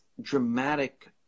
dramatic